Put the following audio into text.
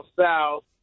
south